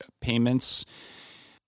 payments